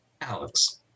Alex